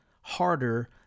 harder